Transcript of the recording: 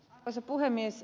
arvoisa puhemies